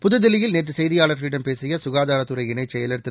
புதுதில்லியில் நேற்று செய்தியாளர்களிடம் பேசிய சுகாதாரத்துறை இணைச் செயலர் திரு